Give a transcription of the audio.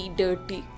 dirty